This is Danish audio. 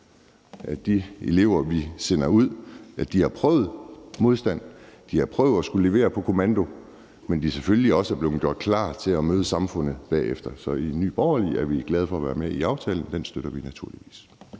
om de elever, vi sender ud, har prøvet en modstand, om de har prøvet at skulle levere på kommando, men selvfølgelig også er blevet gjort klar til at møde samfundet bagefter. Så i Nye Borgerlige er vi glade for at være med i aftalen, og den støtter vi naturligvis.